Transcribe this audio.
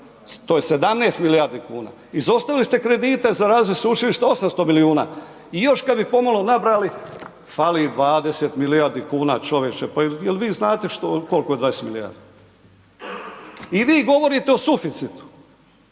to je 17 milijardi kuna, izostavili ste kredite za razvoj sveučilišta 800 milijuna i još kad bi pomalo nabrojali, fali 20 milijardi kuna, čovječe pa jel vi znate kolko je 20 milijardi? I vi govorite o suficitu,